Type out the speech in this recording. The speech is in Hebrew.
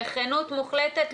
בכנות מוחלטת,